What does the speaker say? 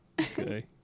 Okay